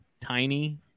tiny